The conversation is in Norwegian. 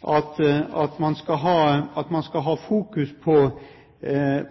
at man skal fokusere